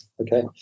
Okay